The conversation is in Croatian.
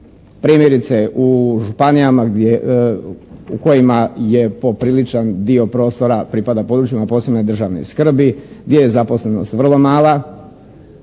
primjerice u županijama u kojima je popriličan dio prostora pripada područjima posebne državne skrbi gdje je zaposlenost vrlo mala